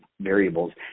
variables